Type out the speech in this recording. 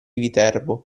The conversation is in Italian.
viterbo